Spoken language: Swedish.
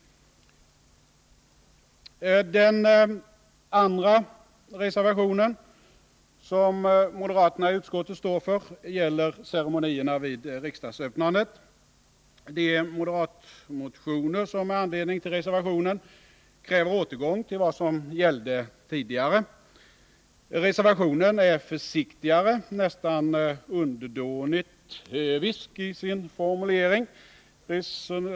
Den andra reservationen, som moderaterna i utskottet står för, gäller ceremonierna vid riksdagsöppnandet. De moderatmotioner som är anledningen till reservationen kräver återgång till vad som gällde tidigare. Reservationen är försiktigare, nästan underdånigt hövisk i sin formulering.